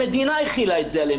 המדינה החילה את זה עליהם.